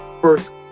first